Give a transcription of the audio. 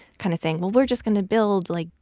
kind of saying, well, we're just going to build, like,